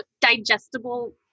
digestible